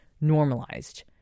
normalized